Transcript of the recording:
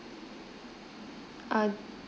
err